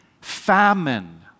Famine